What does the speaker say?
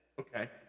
Okay